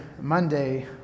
Monday